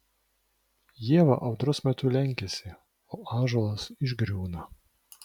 ieva audros metu lenkiasi o ąžuolas išgriūna